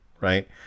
right